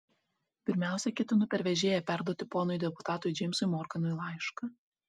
pirmiausia ketinu per vežėją perduoti ponui deputatui džeimsui morganui laišką